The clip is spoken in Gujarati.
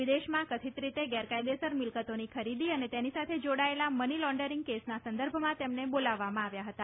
વિદેશમાં કથિત રીતે ગેરકાયદેસર મિલકતોની ખરીદી અને તેની સાથે જોડાયેલા મની લોન્ડિંગ કેસના સંદર્ભમાં તેમને બોલાવવામાં આવ્યા હતા